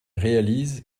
réalise